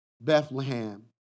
Bethlehem